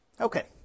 okay